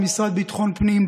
במשרד לביטחון הפנים,